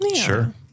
Sure